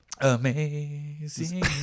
Amazing